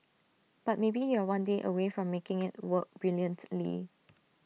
but maybe you're one day away from making IT work brilliantly